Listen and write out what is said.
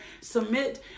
submit